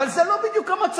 אבל זה לא בדיוק המצב.